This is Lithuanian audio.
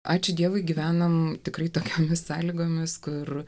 ačiū dievui gyvename tikrai tokiomis sąlygomis kur